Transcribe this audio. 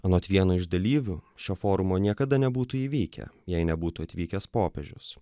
anot vieno iš dalyvių šio forumo niekada nebūtų įvykę jei nebūtų atvykęs popiežius